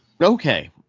Okay